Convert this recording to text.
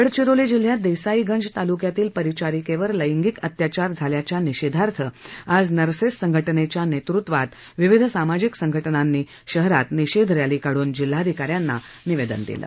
गडचिरोली जिल्ह्यात देसाईगंज ताल्क्यातील परिचारिकेवर लैंगिक अत्याचार झाल्याच्या निषेधार्थ आज नर्सेस संघटनेच्या नेतृत्वात विविध सामाजिक संघटनांनी शहरात निषेध रॅली काढून जिल्हाधिकाऱ्यांना निवेदन दिले